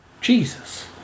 Jesus